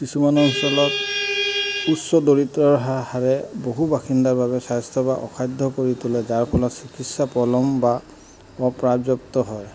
কিছুমান অঞ্চলত উচ্চ দৰিদ্ৰৰ হা হাৰে বহু বাসিন্দাৰ বাবে স্বাস্থ্য বা অখাদ্য কৰি তোলে যাৰ ফলত চিকিৎসা পলম বা অপৰ্যাপ্ত হয়